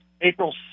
April